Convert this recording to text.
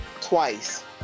twice